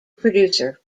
producer